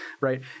right